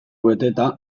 beteta